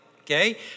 okay